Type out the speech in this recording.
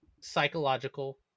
psychological